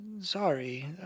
Sorry